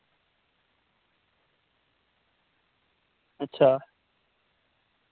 अच्छा